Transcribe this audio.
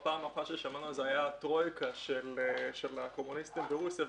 בפעם האחרונה ששמענו על זה זו הייתה טרויקה של הקומוניסטים ברוסיה,